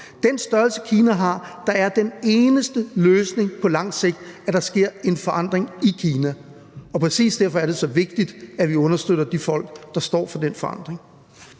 den størrelse, som Kina har, er den eneste løsning på lang sigt, at der sker en forandring i Kina, og præcis derfor er det så vigtigt, at vi understøtter de folk, der står for den forandring.